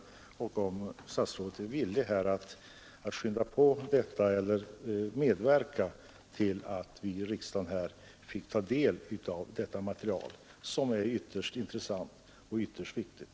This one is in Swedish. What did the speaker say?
Jag undrar om herr statsrådet är villig att medverka till att vi här i riksdagen får ta del av detta material som är ytterst intressant och viktigt.